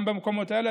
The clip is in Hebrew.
גם במקומות האלה,